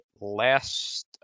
last